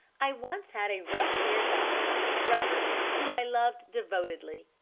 i once had a rough-haired dachshund, robert, whom i loved devotedly.